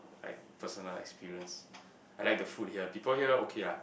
right personal experience I like the food here people here okay lah